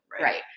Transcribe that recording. Right